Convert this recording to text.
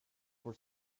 for